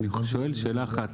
אני שואל שאלה אחת,